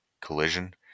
collision